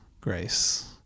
grace